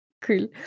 cool